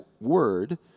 word